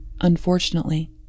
Unfortunately